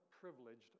privileged